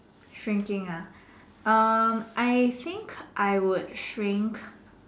shrinking ah err I think I would shrink